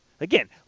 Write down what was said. again